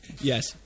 yes